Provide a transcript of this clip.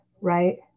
right